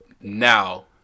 now